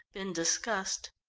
been discussed.